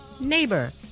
neighbor